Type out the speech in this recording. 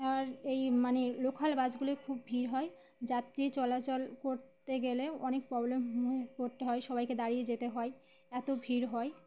আর এই মানে লোকাল বাসগুলোয় খুব ভিড় হয় যাত্রী চলাচল করতে গেলে অনেক প্রবলেমে পড়তে হয় সবাইকে দাঁড়িয়ে যেতে হয় এত ভিড় হয়